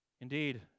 Indeed